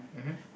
mmhmm